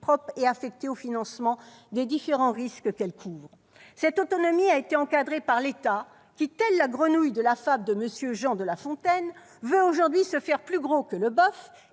propres et affectées au financement des différents risques qu'elle couvre. Cette autonomie a été encadrée par l'État, qui, à l'image de la grenouille de la fable de Jean de La Fontaine, veut aujourd'hui se faire plus gros que le boeuf